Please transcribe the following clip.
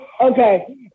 Okay